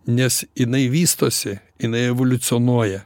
nes jinai vystosi jinai evoliucionuoja